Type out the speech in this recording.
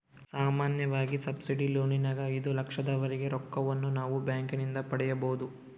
ಸಾಮಾನ್ಯವಾಗಿ ಸಬ್ಸಿಡಿ ಲೋನಿನಗ ಐದು ಲಕ್ಷದವರೆಗೆ ರೊಕ್ಕವನ್ನು ನಾವು ಬ್ಯಾಂಕಿನಿಂದ ಪಡೆಯಬೊದು